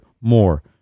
more